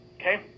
okay